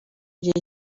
gihe